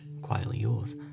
quietlyyours